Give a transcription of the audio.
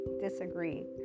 disagree